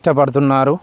ఇష్టపడుతున్నారు